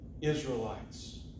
Israelites